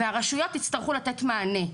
והרשויות יצטרכו לתת מענה.